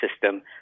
system